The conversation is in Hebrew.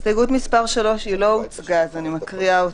הסתייגות מס' 3 היא לא הוצגה אז אני מקריאה אותה: